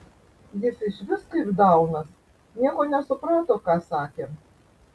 jis išvis kaip daunas nieko nesuprato ką sakėm